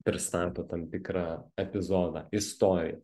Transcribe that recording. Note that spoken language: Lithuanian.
pristatot tam tikrą epizodą istoriją